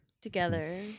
together